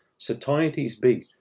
satiety is big.